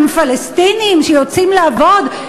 עם פלסטינים שיוצאים לעבוד,